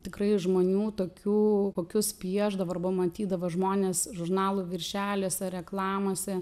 tikrai žmonių tokių kokius piešdavo arba matydavo žmones žurnalų viršeliuose reklamose